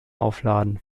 aufladen